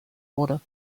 wurde